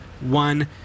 one